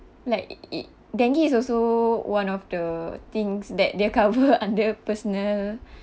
like it it dengue is also one of the things that they're cover under personal